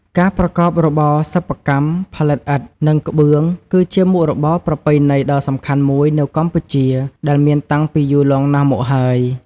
ការប្រកបរបរសិប្បកម្មផលិតឥដ្ឋ និងក្បឿង គឺជាមុខរបរប្រពៃណីដ៏សំខាន់មួយនៅកម្ពុជា ដែលមានតាំងពីយូរលង់ណាស់មកហើយ។